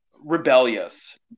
rebellious